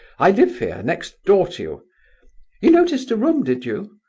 i live here, next door to you you noticed a room, did you?